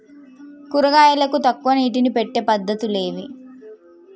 కూరగాయలకు తక్కువ నీటిని పెట్టే పద్దతులు ఏవి?